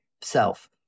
self